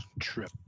trip